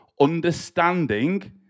understanding